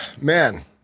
man